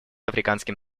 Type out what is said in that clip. африканским